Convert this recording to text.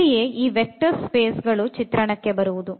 ಅಲ್ಲಿಯೇ ಈ vector space ಗಳು ಚಿತ್ರಣಕ್ಕೆ ಬರುವುದು